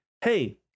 hey